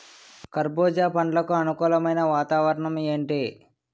కర్బుజ పండ్లకు అనుకూలమైన వాతావరణం ఏంటి?